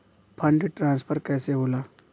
Fund transfer कैसे होला?